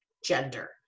gender